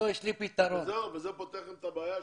וזה פותר לכם את הבעיה?